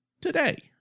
today